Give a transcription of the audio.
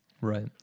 Right